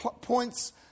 points